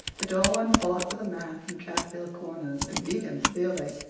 the tall one fought with a man from chatfield corners and beat him severely.